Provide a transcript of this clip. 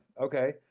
Okay